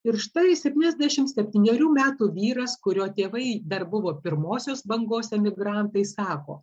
ir štai septyniasdešimt septynerių metų vyras kurio tėvai dar buvo pirmosios bangos emigrantai sako